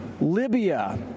Libya